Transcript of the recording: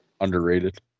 Underrated